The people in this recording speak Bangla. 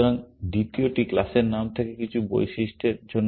সুতরাং দ্বিতীয়টি ক্লাসের নাম থেকে কিছু বৈশিষ্ট্যের জন্য